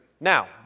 Now